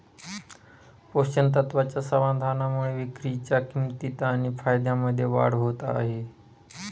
पोषक तत्वाच्या समाधानामुळे विक्रीच्या किंमतीत आणि फायद्यामध्ये वाढ होत आहे